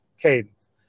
cadence